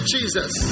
Jesus